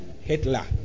Hitler